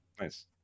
nice